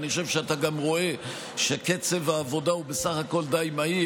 ואני חושב שאתה גם רואה שקצב העבודה הוא בסך הכול די מהיר,